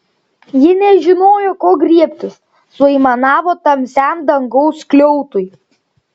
ji nežinojo ko griebtis suaimanavo tamsiam dangaus skliautui